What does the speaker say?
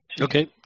Okay